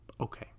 okay